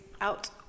out